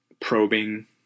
Probing